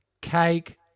cake